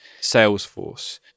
Salesforce